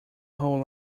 whole